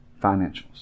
financials